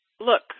look